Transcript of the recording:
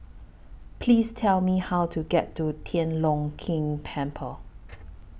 Please Tell Me How to get to Tian Leong Keng Temple